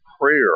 prayer